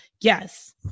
Yes